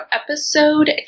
episode